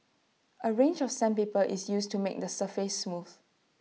A range of sandpaper is used to make the surface smooth